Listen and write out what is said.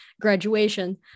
graduation